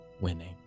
winning